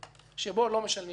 שבו לא משלמים כלום,